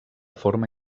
forma